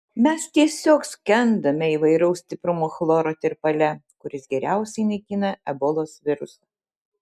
mes tiesiog skendome įvairaus stiprumo chloro tirpale kuris geriausiai naikina ebolos virusą